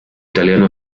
italiano